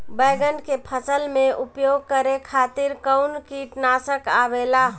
बैंगन के फसल में उपयोग करे खातिर कउन कीटनाशक आवेला?